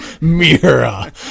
Mira